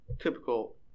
typical